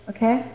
Okay